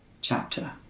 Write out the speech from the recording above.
chapter